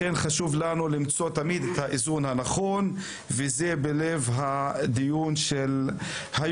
לכן חשוב לנו למצוא תמיד את האיזון הנכון וזה לב הדיון היום.